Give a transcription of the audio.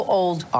old